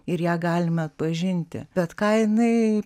ir ją galime atpažinti bet ką jinai